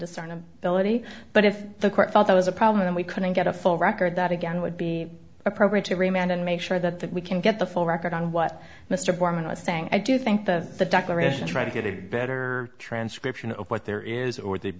discern ability but if the court felt there was a problem and we couldn't get a full record that again would be appropriate to remount and make sure that that we can get the full record on what mr boreman was saying i do think that the declaration try to get a better transcription of what there is or the